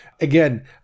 Again